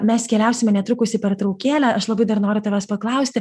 mes keliausime netrukusi į pertraukėlę aš labai dar noriu tavęs paklausti